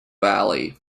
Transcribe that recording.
valley